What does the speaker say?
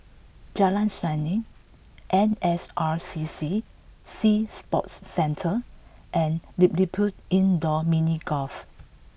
Jalan Seni N S R C C Sea Sports Centre and LilliPutt Indoor Mini Golf